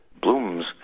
blooms